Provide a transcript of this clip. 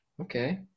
Okay